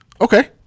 Okay